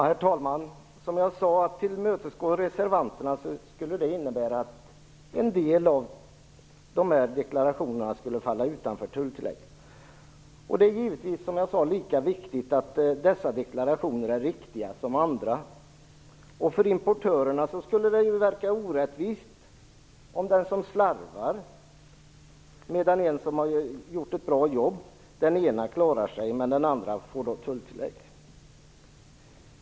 Herr talman! Som jag sade skulle ett tillmötesgående av reservanternas argument innebära att en del av de aktuella deklarationerna inte skulle drabbas av tulltillägg. Det är givetvis, som jag sagt, lika viktigt att dessa deklarationer är riktiga som att andra är det. För importörerna skulle det verka orättvist att den som slarvar skulle klara sig utan tulltillägg medan den som har gjort ett bra jobb får ett sådant tillägg.